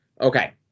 Okay